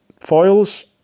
foils